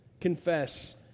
Confess